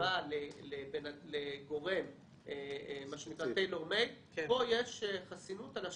הלוואה לגורם tailor made, פה יש חסינות על השם.